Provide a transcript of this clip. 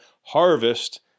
harvest